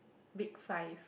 big five